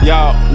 Y'all